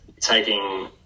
taking